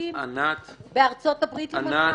טרוריסטים בארצות-הברית למשל?